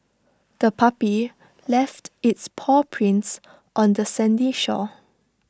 the puppy left its paw prints on the sandy shore